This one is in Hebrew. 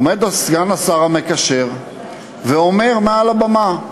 עומד לו סגן השר המקשר ואומר מעל הבמה: